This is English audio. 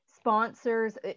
Sponsors